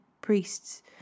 priests